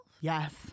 Yes